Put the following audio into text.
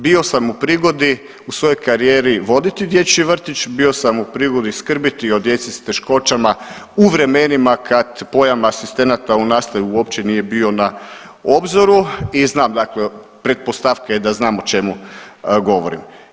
Bio sam u prigodi u svojoj karijeri voditi dječji vrtić, bio sam u prigodi skrbiti o djeci s teškoćama u vremenima kad pojam asistenata u nastavi uopće nije bio na obzoru i znam dakle pretpostavka je da znam o čemu govorim.